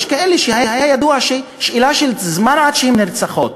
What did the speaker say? יש כאלה שהיה ידוע שזו שאלה של זמן עד שהן נרצחות,